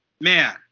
man